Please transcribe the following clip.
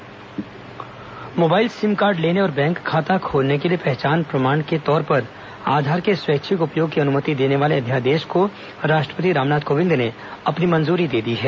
राष्ट्रपति अध्यादेश मंजूरी मोबाइल सिम कार्ड लेने और बैंक खाता खोलने के लिए पहचान प्रमाण के तौर पर आधार के स्वैच्छिक उपयोग की अनुमति देने वाले अध्यादेश को राष्ट्रपति रामनाथ कोविंद ने अपनी मंजूरी दे दी है